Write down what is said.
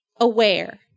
aware